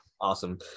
awesome